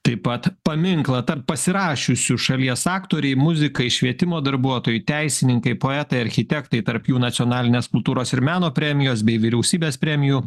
taip pat paminklą tarp pasirašiusių šalies aktoriai muzikai švietimo darbuotojai teisininkai poetai architektai tarp jų nacionalinės kultūros ir meno premijos bei vyriausybės premijų